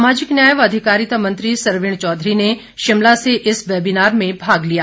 सामाजिक न्याय व अधिकारिता मंत्री सरवीण चौधरी ने शिमला से इस वैबिनार में भाग लिया